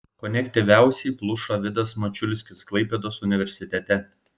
kone aktyviausiai pluša vidas mačiulskis klaipėdos universitete